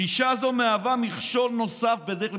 דרישה זו מהווה מכשול נוסף בדרך,